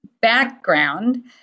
background